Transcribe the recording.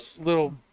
little